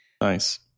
nice